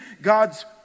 God's